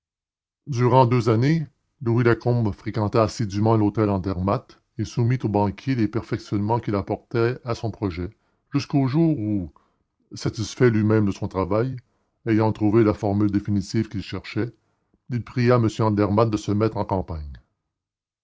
durant deux années louis lacombe fréquenta assidûment l'hôtel andermatt et soumit au banquier les perfectionnements qu'il apportait à son projet jusqu'au jour où satisfait lui-même de son travail ayant trouvé la formule définitive qu'il cherchait il pria m andermatt de se mettre en campagne